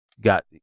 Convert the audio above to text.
got